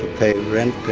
pay rent.